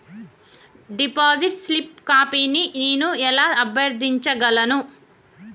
Deposit slip కాపీని నేను ఎలా అభ్యర్థించగలను?